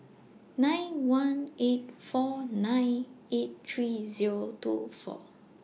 nine one eight four nine eight three Zero two four